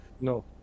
No